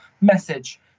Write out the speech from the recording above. message